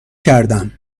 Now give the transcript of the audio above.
کردم